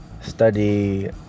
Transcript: Study